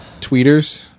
tweeters